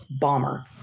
bomber